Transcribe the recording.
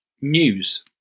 news